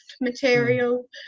material